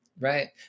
Right